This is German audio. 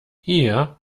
hier